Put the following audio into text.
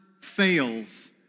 fails